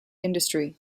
industry